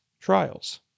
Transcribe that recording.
trials